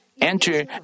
enter